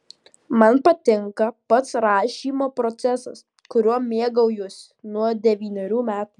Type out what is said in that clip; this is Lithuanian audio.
man patinka pats rašymo procesas kuriuo mėgaujuosi nuo devynerių metų